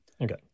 Okay